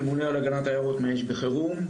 ממונה על הגנת יערות מאש בחירום,